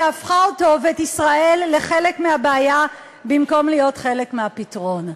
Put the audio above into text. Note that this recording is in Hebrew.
שהפכה אותו ואת ישראל לחלק מהבעיה במקום להיות חלק מהפתרון.